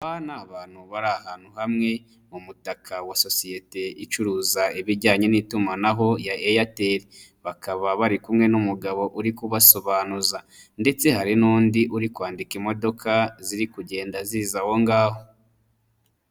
Aba ni abantu bari ahantu hamwe mu mutaka wa sosiyete icuruza ibijyanye n'itumanaho ya Airtel, bakaba bari kumwe n'umugabo uri kubasobanuza, ndetse hari n'undi uri kwandika imodoka ziri kugenda ziza aho ngaho.